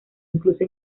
incluso